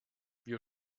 wir